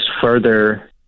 further